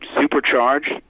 supercharged